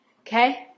Okay